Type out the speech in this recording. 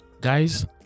Guys